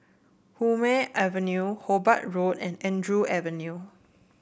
Hume Avenue Hobart Road and Andrew Avenue